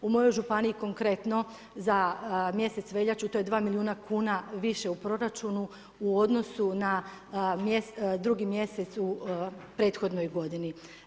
U mojoj županiji konkretno za mjesec veljaču, to je 2 milijuna kuna više u proračunu, u odnosu na 2. mj. u prethodnoj godini.